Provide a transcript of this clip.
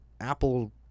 Apple